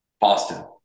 Boston